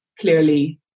clearly